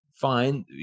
fine